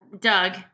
Doug